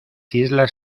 islas